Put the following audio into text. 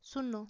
শূন্য